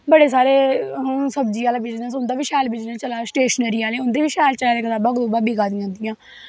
बड़े सारे सब्जी आह्ले उंदा बी सैल बिजनस चला दा स्टेशनरी आह्ले उंदा बी शैल चला दा कताबां कतूबां बिका दियां उंदियां